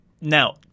now